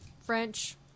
French